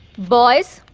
boys,